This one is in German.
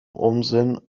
unsinn